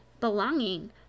belonging